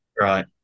Right